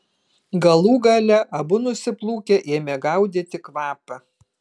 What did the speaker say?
galų gale abu nusiplūkę ėmė gaudyti kvapą